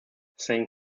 saint